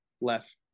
left